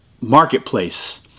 marketplace